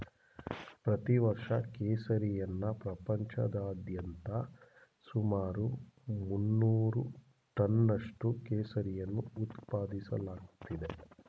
ಪ್ರತಿ ವರ್ಷ ಕೇಸರಿಯನ್ನ ಪ್ರಪಂಚಾದ್ಯಂತ ಸುಮಾರು ಮುನ್ನೂರು ಟನ್ನಷ್ಟು ಕೇಸರಿಯನ್ನು ಉತ್ಪಾದಿಸಲಾಗ್ತಿದೆ